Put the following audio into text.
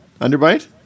Underbite